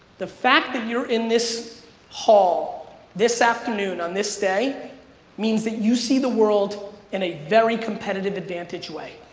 the fact that you're in this hall this afternoon on this day means that you see the world in a very competitive advantage way.